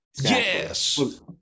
Yes